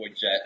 jet